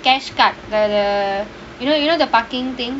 cash card the the you know you know the parking thing